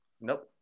Nope